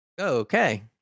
okay